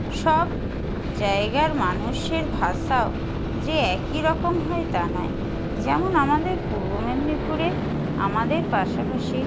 সব জায়গার মানুষের ভাষাও যে একই রকম হয় তা নয় যেমন আমাদের পূর্ব মেদিনীপুরে আমাদের পাশাপাশি